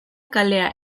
kalea